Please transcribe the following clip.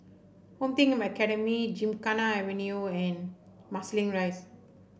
Home Team Academy Gymkhana Avenue and Marsiling Rise